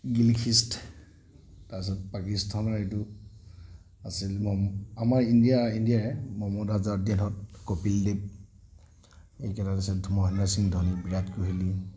গিল খ্ৰীষ্ট তাৰপিছত পাকিস্তানৰ এইটো আছিল ম আমাৰ ইণ্ডিয়াৰহে মহম্মদ আজাহাৰোদ্দিনহঁত কপিল দেৱ এইকেইটা হৈছে মহেন্দ্ৰ সিং ধোনি বিৰাট কোহলি